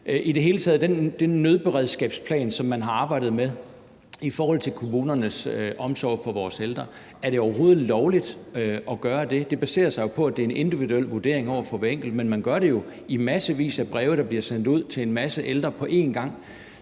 jeg spørge til den nødberedskabsplan, som man har arbejdet med i forhold til kommunernes omsorg for vores ældre: Er det overhovedet lovligt at gøre det? Det baserer sig jo på, at der er en individuel vurdering af hver enkelt, men man gør det jo i massevis af breve, der bliver sendt ud til en masse ældre på en gang.